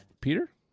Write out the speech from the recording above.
Peter